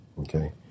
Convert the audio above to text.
okay